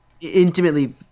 Intimately